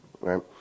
right